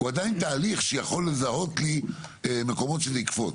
הוא עדיין תהליך שיכול לזהות לי מקומות שזה יקפוץ.